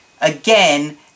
again